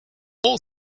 all